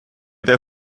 der